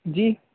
جی